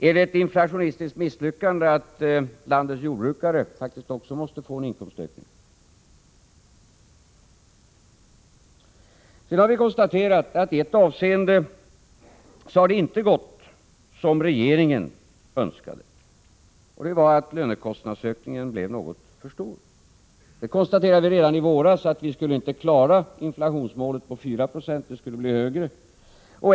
Är det ett inflationistiskt misslyckande att landets jordbrukare faktiskt också måste få en inkomstökning? Sedan har vi konstaterat att det i ett avseende inte har gått som regeringen önskade, nämligen att lönekostnadsökningen blev något för stor. Redan i våras konstaterade vi att vi inte skulle klara inflationsmålet på 4 96.